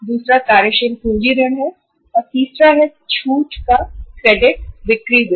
दूसरा कार्यशील पूंजी ऋण है और तीसरा है छूट का क्रेडिट बिक्री बिल